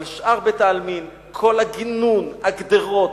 אבל שאר בית-העלמין, כל הגינון, הגדרות,